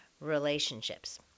relationships